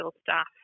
staff